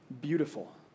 beautiful